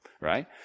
right